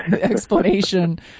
explanation